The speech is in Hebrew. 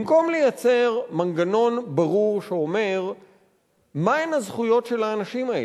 במקום לייצר מנגנון ברור שאומר מהן הזכויות של האנשים האלה,